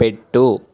పెట్టు